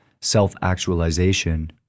self-actualization